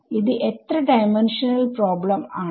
ഇത് എത്ര dimensional problem ആണ്